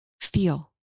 feel